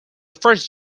first